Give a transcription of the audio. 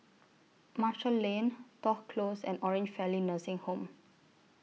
Marshall Lane Toh Close and Orange Valley Nursing Home